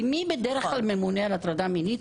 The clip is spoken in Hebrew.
כי מי בדרך כלל ממונה על מניעת הטרדה מינית?